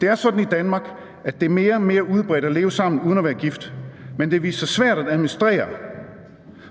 Det er sådan i Danmark, at det er mere og mere udbredt at leve sammen uden at være gift, men det har vist sig svært at administrere